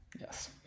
Yes